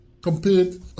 compared